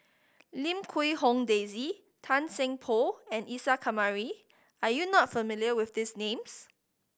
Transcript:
Lim Quee Hong Daisy Tan Seng Poh and Isa Kamari are you not familiar with these names